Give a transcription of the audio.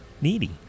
needy